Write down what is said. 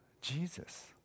Jesus